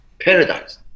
paradise